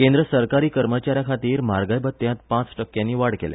केंद्र सरकारी कर्मचाऱ्या खातीर म्हारगाय भत्त्यांत पांच टक्क्यांनी वाड केल्या